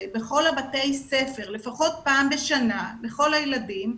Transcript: בכל בתי הספר לפחות פעם בשנה לכל הילדים,